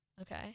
Okay